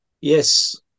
Yes